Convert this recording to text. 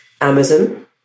Amazon